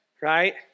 right